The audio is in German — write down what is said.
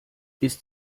ist